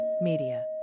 Media